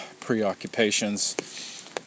preoccupations